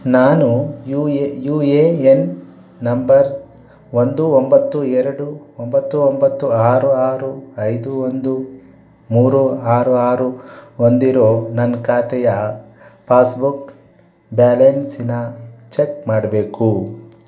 ನಾನು U A U A N number ಒಂದು ಒಂಬತ್ತು ಎರಡು ಒಂಬತ್ತು ಒಂಬತ್ತು ಆರು ಆರು ಐದು ಒಂದು ಮೂರು ಆರು ಆರು ಹೊಂದಿರೋ ನನ್ನ ಖಾತೆಯ ಪಾಸ್ಬುಕ್ ಬ್ಯಾಲೆನ್ಸನ್ನ ಚೆಕ್ ಮಾಡಬೇಕು